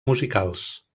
musicals